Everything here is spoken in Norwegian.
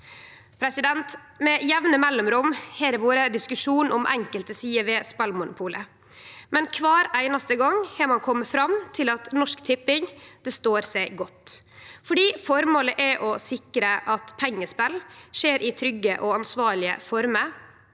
Med jamne mellomrom har det vore diskusjon om enkelte sider ved spelmonopolet, men kvar einaste gong har ein kome fram til at Norsk Tipping står seg godt, fordi formålet er å sikre at pengespel skjer i trygge og ansvarlege former.